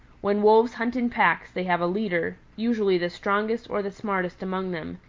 when wolves hunt in packs they have a leader, usually the strongest or the smartest among them,